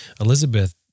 Elizabeth